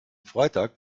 freitag